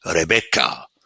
Rebecca